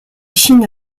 chine